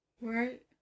Right